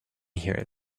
here